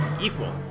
equal